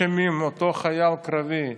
אפעיל את השעון ברגע